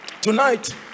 Tonight